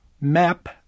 map